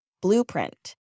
blueprint